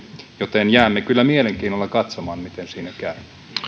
joten jäämme kyllä mielenkiinnolla katsomaan miten siitä käy